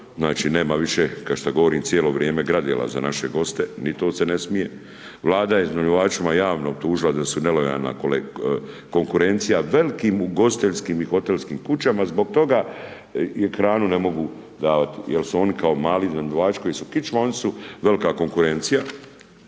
Znači nema više kao što govorim cijelo vrijeme gradela za naše goste, ni to se ne smije. Vlada je iznajmljivačima javno optužila da su nelojalna konkurencija velikim ugostiteljskim i hotelskim kućama, zbog toga hranu ne mogu davati jer su oni kao mali iznajmljivači koji su kičma oni su velika konkurencija.